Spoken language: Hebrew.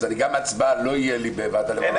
אז גם הצבעה לא תהיה לי בוועדה למעמד האישה.